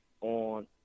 on